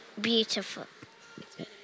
beautiful